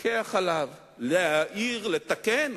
להתווכח עליו, להעיר ולתקן.